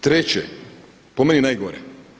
Treće, po meni najgore.